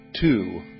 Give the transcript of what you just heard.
two